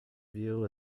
view